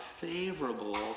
favorable